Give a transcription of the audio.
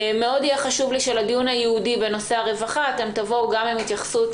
חשוב לי מאוד שלדיון הייעודי בנושא הרווחה תבואו גם עם התייחסות